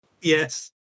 Yes